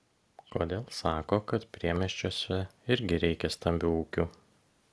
kodėl sako kad priemiesčiuose irgi reikia stambių ūkių